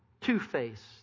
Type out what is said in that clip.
two-faced